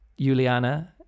Juliana